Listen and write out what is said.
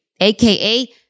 aka